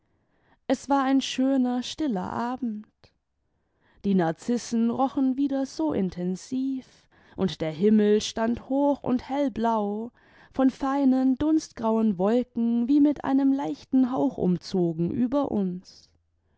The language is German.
es war ein schöner stiller abend die narzissen rochen wieder so intensiv und der himmel stand hoch und hellblau von feinen dunstgrauen wolken wie mit einem leichten hauch umzogen über uns